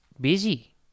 busy